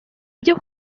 byo